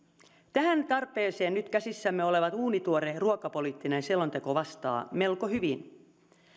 tähän tarpeeseen nyt käsissämme oleva uunituore ruokapoliittinen selonteko vastaa melko